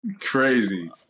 crazy